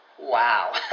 wow